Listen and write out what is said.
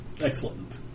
Excellent